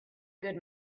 good